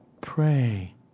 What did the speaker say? pray